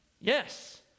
Yes